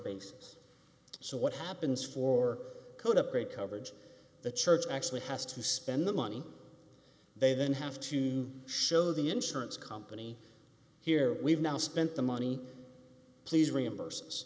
basis so what happens for code upgrade coverage the church actually has to spend the money they then have to show the insurance company here we've now spent the money please reimburse